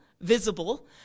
visible